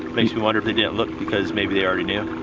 makes me wonder if they didn't look because maybe they already knew.